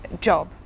job